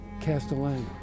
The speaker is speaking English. Castellano